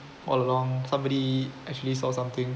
all along somebody actually saw something